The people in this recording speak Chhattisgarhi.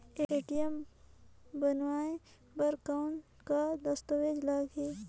ए.टी.एम बनवाय बर कौन का दस्तावेज लगही?